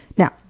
Now